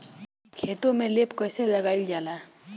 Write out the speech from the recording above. खेतो में लेप कईसे लगाई ल जाला?